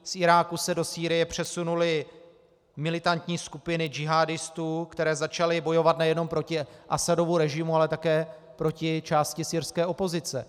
Z Iráku se do Sýrie přesunuly militantní skupiny džihádistů, které začaly bojovat nejenom proti Asadovu režimu, ale také proti části syrské opozice.